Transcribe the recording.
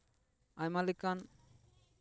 ᱟᱭᱢᱟ ᱞᱮᱠᱟᱱ